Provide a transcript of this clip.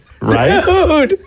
Right